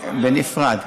בנפרד.